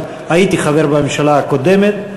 אבל הייתי חבר בממשלה הקודמת.